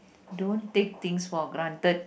don't take things for granted